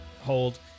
hold